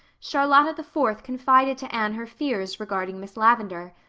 charlotta the fourth confided to anne her fears regarding miss lavendar.